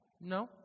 No